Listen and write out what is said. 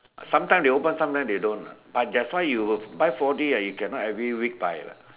sometime they open sometime they don't ah but that's why you buy four D ah you can not every week buy lah